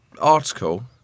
article